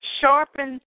Sharpen